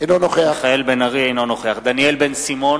אינו נוכח דניאל בן-סימון,